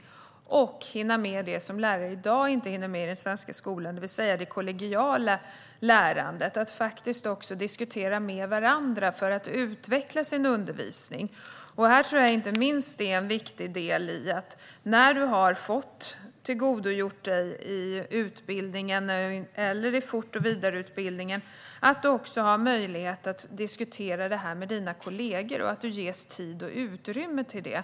Man ska även hinna med det som lärare i dag inte hinner med i den svenska skolan, det vill säga det kollegiala lärandet - att faktiskt diskutera med varandra för att utveckla den egna undervisningen. Detta tror jag inte minst är en viktig del, alltså att man när man har tillgodogjort sig utbildningen eller vidareutbildningen också har möjlighet att diskutera den med sina kollegor. Man ska ges tid och utrymme till det.